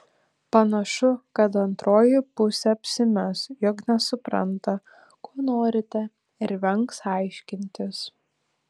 panašu kad antroji pusė apsimes jog nesupranta ko norite ir vengs aiškintis